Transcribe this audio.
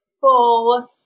full